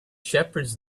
shepherds